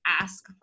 ask